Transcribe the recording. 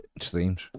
streams